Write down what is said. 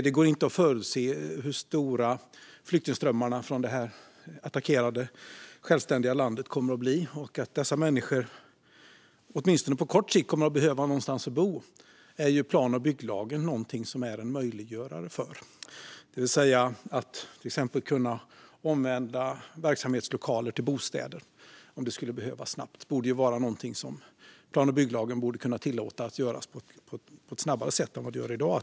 Det går inte att förutse hur stora flyktingströmmarna från det attackerade självständiga landet kommer att bli, och dessa människor kommer åtminstone på kort sikt att behöva någonstans att bo. Och för detta är plan och bygglagen en möjliggörare, till exempel att bygga om verksamhetslokaler till bostäder snabbt. Det borde vara något som plan och bygglagen skulle tillåta på ett snabbare sätt än i dag.